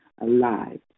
alive